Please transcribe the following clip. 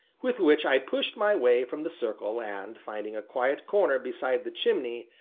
with which i pushed my way from the circle, and, finding a quiet corner beside the chimney,